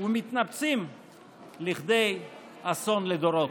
ומתנפצים לכדי אסון לדורות,